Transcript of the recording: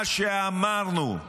מה שאמרנו,